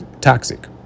toxic